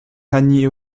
annie